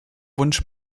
wunsch